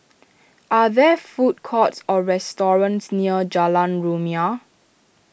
are there food courts or restaurants near Jalan Rumia